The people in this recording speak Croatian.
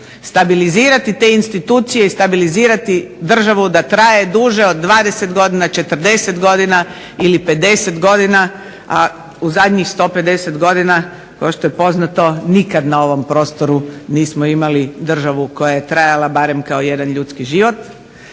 Stabilizirati te institucije i stabilizirati državu da traje duže od 20 godina, 40 godina ili 50 godina, a u zadnjih 150 godina, kao što je poznato nikada na ovom prostoru nismo imali državu koja je trajala barem kao jedan ljudski život.